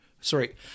Sorry